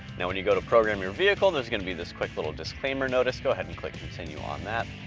now when you go to program your vehicle, there's gonna be this quick little disclaimer notice, go ahead and click continue on that.